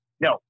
No